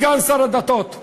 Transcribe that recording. סגן שר הדתות,